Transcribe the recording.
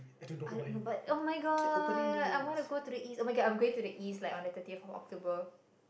I don't know but oh-my-god I want to go to the east oh-my-god I am going to the east like on thirtieth of October